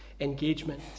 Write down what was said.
engagement